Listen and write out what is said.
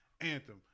anthem